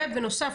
ובנוסף,